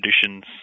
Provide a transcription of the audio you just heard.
traditions